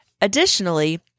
Additionally